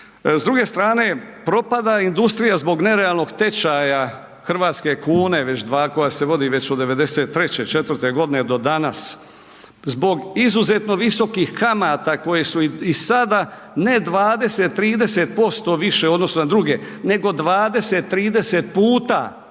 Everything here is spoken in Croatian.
S druge strane, propada industrija zbog nerealnog tečaja hrvatske kune već, koja se vodi već od '93.-'4.g. do danas, zbog izuzetno visokih kamata koje su i sada ne 20-30% više u odnosu na druge nego 20-30 puta,